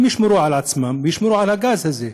הן ישמרו על עצמן וישמרו על הגז הזה,